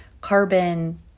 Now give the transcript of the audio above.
carbon